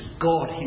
God